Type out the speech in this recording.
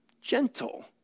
gentle